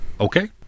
okay